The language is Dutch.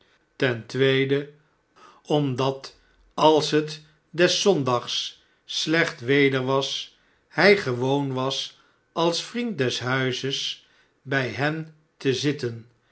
ten tweede omdat als het des zondags slecht weder was hjj gewoon was als vriend des huizes bjj hen te zitten